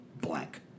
blank